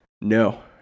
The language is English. No